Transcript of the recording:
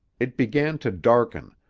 it began to darken,